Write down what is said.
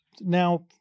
now